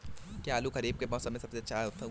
क्या आलू खरीफ के मौसम में सबसे अच्छा उगता है?